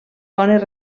bones